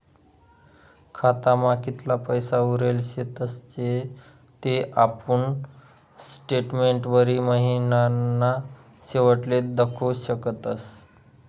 खातामा कितला पैसा उरेल शेतस ते आपुन स्टेटमेंटवरी महिनाना शेवटले दखु शकतस